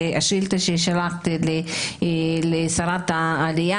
השאילתה ששלחתי לשרת הפנים,